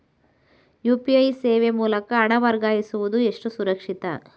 UPI ಸೇವೆ ಮೂಲಕ ಹಣ ವರ್ಗಾಯಿಸುವುದು ಎಷ್ಟು ಸುರಕ್ಷಿತ?